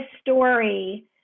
story